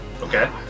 Okay